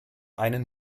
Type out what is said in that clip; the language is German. einen